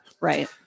Right